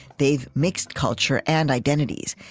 they've mixed culture and identities.